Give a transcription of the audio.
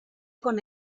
con